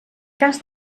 cas